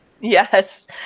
Yes